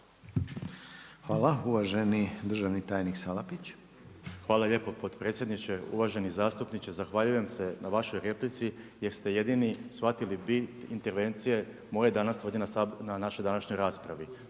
Hvala. Uvaženi državni tajnik Salapić. **Salapić, Josip (HDSSB)** Hvala lijepo potpredsjedniče. Uvaženi zastupniče zahvaljujem se na vašoj replici, gdje ste jedini shvatili vi intervencije moje danas na našoj današnjoj raspravi.